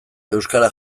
euskara